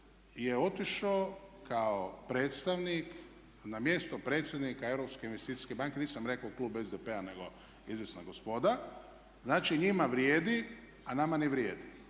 je otišao kao predstavnik na mjesto predsjednika Europske investicijske banke, nisam rekao klub SDP-a, nego izvjesna gospoda. Znači njima vrijedi, a nama ne vrijedi.